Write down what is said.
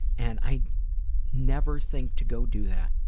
and i never think to go do that.